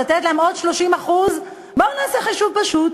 לתת להם עוד 30%. בואו נעשה חישוב פשוט: